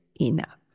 enough